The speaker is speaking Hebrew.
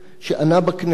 שענה בכנות,